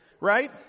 Right